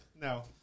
No